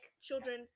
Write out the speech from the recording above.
children